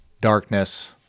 darkness